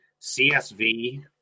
CSV